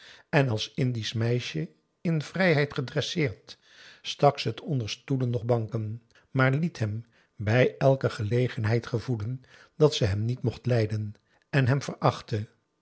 en als indisch meisje in vrijheid gedresseerd stak ze het onder stoelen noch banken maar liet hem bij elke gelegenheid gevoelen dat ze hem niet mocht lijden en hem verachtte